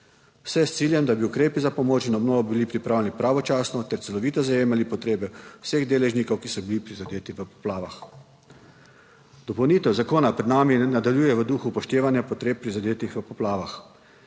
Vse s ciljem, da bi ukrepi za pomoč in obnovo bili pripravljeni pravočasno ter celovito zajemali potrebe vseh deležnikov, ki so bili prizadeti v poplavah. Dopolnitev zakona pred nami ne nadaljuje v duhu upoštevanja potreb prizadetih v poplavah.